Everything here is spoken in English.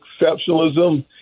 exceptionalism